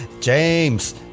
James